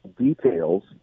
details